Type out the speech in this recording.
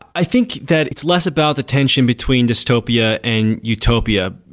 i think that it's less about the tension between dystopia and utopia,